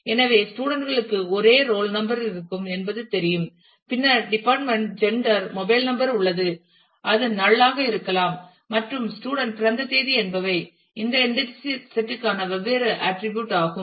எனவே ஸ்டூடண்ட் களுக்கு ஒரே ரோல் நம்பர் இருக்கும் என்பது தெரியும் பின்னர் டிபார்ட்மெண்ட் ஜெண்டர் மொபைல் நம்பர் உள்ளது அது நல் ஆக இருக்கலாம் மற்றும் ஸ்டூடண்ட் பிறந்த தேதி என்பவை இந்த என்டிடி செட் க்கான வெவ்வேறு ஆட்டிரிபியூட் ஆகும்